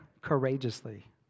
courageously